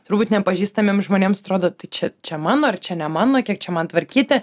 turbūt nepažįstamiems žmonėms atrodo tai čia čia mano ar čia ne mano kiek čia man tvarkyti